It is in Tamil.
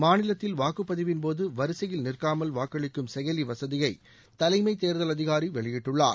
மாநிலத்தில் வாக்குப்பதிவின்போது வரிசைகளில் நிற்காமல் வாக்களிக்கும் செயலி வசதியை தலைமை தேர்தல் அதிகாரி வெளியிட்டுள்ளார்